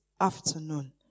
afternoon